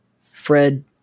Fred